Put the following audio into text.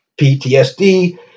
PTSD